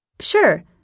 Sure